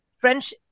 French